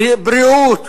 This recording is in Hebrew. בבריאות,